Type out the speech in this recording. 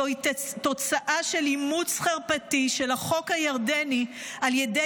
זוהי תוצאה של אימוץ חרפתי של החוק הירדני על ידי